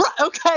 Okay